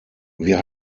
wir